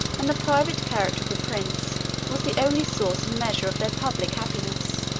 and the private character of the prince was the only source and measure of their public happiness.